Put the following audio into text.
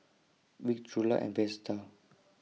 Vic Trula and Vesta